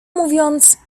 mówiąc